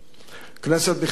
כנסת נכבדה,